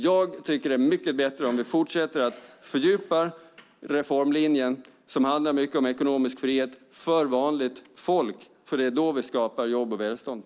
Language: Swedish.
Jag tycker att det är mycket bättre om vi fortsätter att fördjupa reformlinjen, som handlar mycket om ekonomiskt frihet för vanligt folk, för det är då vi skapar jobb och välstånd.